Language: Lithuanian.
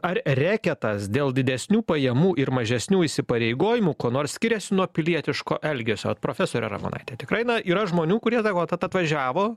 ar reketas dėl didesnių pajamų ir mažesnių įsipareigojimų kuo nors skiriasi nuo pilietiško elgesio profesore ramonaitę tiktai yra na žmonių kurie dar vat tad atvažiavo